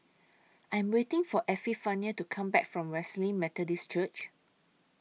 I Am waiting For Epifanio to Come Back from Wesley Methodist Church